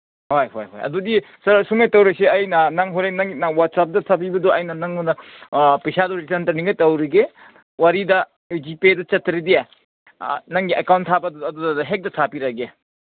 ꯍꯣꯏ ꯍꯣꯏ ꯍꯣꯏ ꯑꯗꯨꯗꯤ ꯁꯥꯔ ꯁꯨꯃꯥꯏꯅ ꯇꯧꯔꯁꯦ ꯑꯩꯅ ꯅꯪ ꯍꯣꯔꯦꯟ ꯅꯪꯅ ꯋꯥꯠꯆꯞꯇ ꯊꯥꯕꯤꯕꯗꯣ ꯑꯩꯅ ꯅꯉꯣꯟꯗ ꯄꯩꯁꯥꯗꯨ ꯔꯤꯇꯟ ꯇꯧꯔꯒꯦ ꯋꯥꯔꯤꯗ ꯖꯤꯄꯦꯗ ꯆꯠꯇ꯭ꯔꯗꯤ ꯅꯪꯒꯤ ꯑꯦꯀꯥꯎꯟ ꯊꯥꯕ ꯑꯗꯨꯗ ꯍꯦꯛꯇ ꯊꯥꯕꯤꯔꯒꯦ